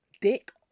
dick